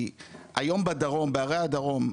כי היום בערי הדרום,